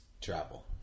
travel